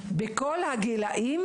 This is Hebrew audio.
בכל הגילאים,